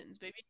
baby